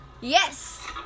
Yes